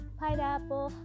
pineapple